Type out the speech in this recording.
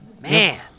man